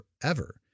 forever